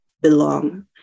belong